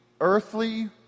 earthly